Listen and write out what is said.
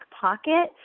pocket